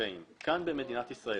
אירופאים כאן במדינת ישראל.